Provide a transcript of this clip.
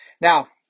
Now